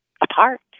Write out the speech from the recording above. apart